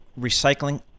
recycling